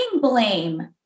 blame